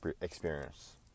Experience